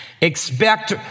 expect